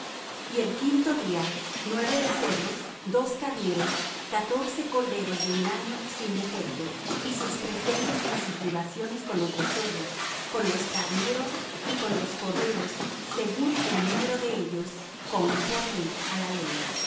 y el quinto día nueve becerros dos carneros catorce corderos de un año sin defecto y sus presentes y sus libaciones con los becerros con los carneros y con los corderos según el número de ellos conforme á la ley